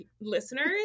listeners